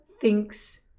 thinks